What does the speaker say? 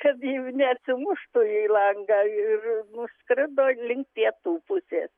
kad neatsimuštų į langą ir nuskrido link pietų pusės